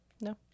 No